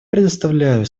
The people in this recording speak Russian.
предоставляю